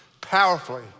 powerfully